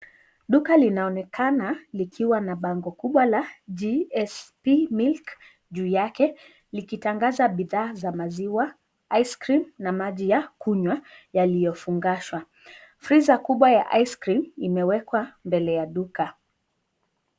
Duka linaonekana likiwa na bango kubwa la GSP Milk juu yake likitangaza bidhaa za maziwa, ice cream na maji ya kunywa yaliyofungashwa. Freezer kubwa ya ice cream imewekwa mbele ya duka.